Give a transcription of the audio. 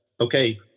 okay